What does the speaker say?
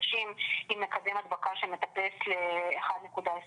חדשים עם מקדם הדבקה שמטפס ל-1.28.